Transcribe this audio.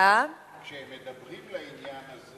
כשהם מדברים לעניין,